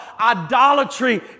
Idolatry